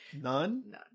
None